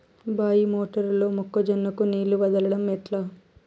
బాయి మోటారు లో మొక్క జొన్నకు నీళ్లు వదలడం ఎట్లా?